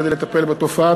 כדי לטפל בתופעה.